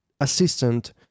assistant